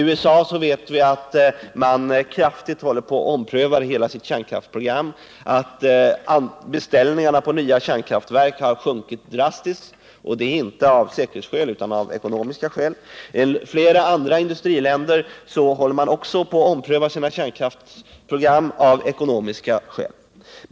Vi vet att man i USA grundligt omprövar hela kärnkraftsprogrammet, att beställningarna på nya kärnkraftverk har sjunkit drastiskt, och det är inte av säkerhetsskäl utan av ekonomiska skäl. I flera andra industriländer håller man också av ekonomiska skäl på att ompröva sina kärnkraftsprogram.